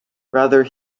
rather